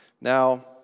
Now